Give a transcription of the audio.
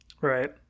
Right